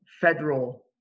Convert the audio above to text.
federal